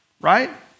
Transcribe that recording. right